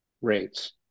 rates